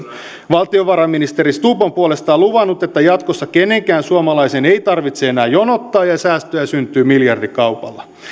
valtiovarainministeri stubb on puolestaan luvannut että jatkossa kenenkään suomalaisen ei enää tarvitse jonottaa ja säästöjä syntyy miljardikaupalla